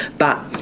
but,